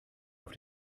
auf